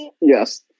Yes